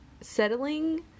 settling